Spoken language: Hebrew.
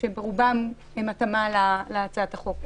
שרובם הם התאמה להצעת החוק.